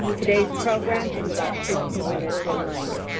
today's program is about sixty minutes in length.